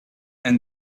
and